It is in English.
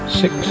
six